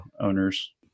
owners